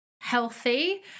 healthy